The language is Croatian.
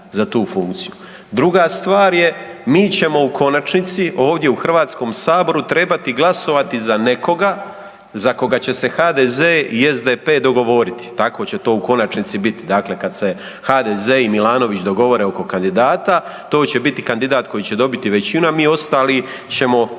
Druga stvar je, mi ćemo u konačnici, ovdje u HS, trebati glasovati za nekoga za koga će se HDZ i SDP dogovoriti, tako će to u konačnici biti. Dakle, kad se HDZ i Milanović dogovore oko kandidata to će biti kandidat koji će dobiti većinu, a mi ostali ćemo